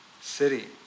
city